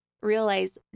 realize